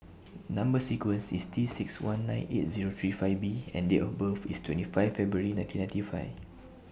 Number sequence IS T six one nine eight Zero three five B and Date of birth IS twenty five February nineteen ninety five